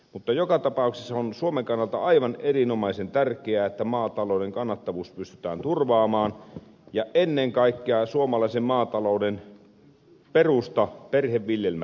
mutta joka tapauksessa on suomen kannalta aivan erinomaisen tärkeää että maatalouden kannattavuus pystytään turvaamaan ja ennen kaikkea suomalaisen maatalouden perusta perheviljelmät